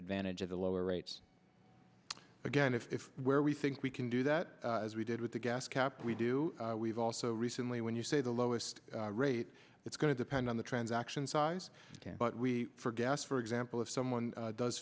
advantage of the lower rates again if where we think we can do that as we did with the gas cap we do we've also recently when you say the lowest rate it's going to depend on the transaction size but we for gas for example if someone does